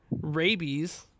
Rabies